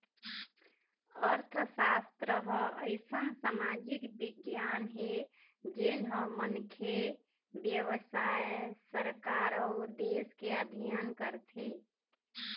अर्थसास्त्र ह अइसन समाजिक बिग्यान हे जेन ह मनखे, बेवसाय, सरकार अउ देश के अध्ययन करथे